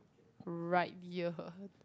right ear